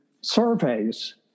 surveys